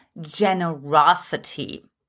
generosity